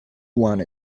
want